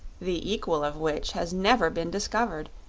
the equal of which has never been discovered,